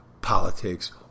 politics